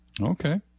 Okay